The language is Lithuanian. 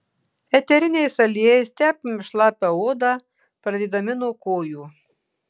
eteriniais aliejais tepame šlapią odą pradėdami nuo kojų